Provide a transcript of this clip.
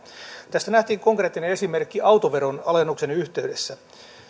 tästä nähtiin konkreettinen esimerkki autoveron alennuksen yhteydessä